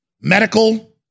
medical